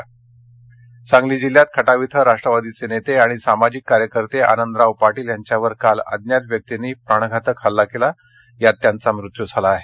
आनंदराव पाटील सांगली सांगली जिल्ह्यात खटाव इथं राष्ट्रवादीचे नेते आणि सामाजिक कार्यकर्ते आनंदराव पाटील यांच्यावर काल अज्ञात व्यर्क्तींनी प्राणघातक हल्ला केला यात त्यांचा मृत्यू झाला आहे